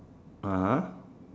(uh huh)